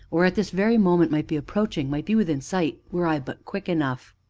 or, at this very moment, might be approaching, might be within sight, were i but quick enough.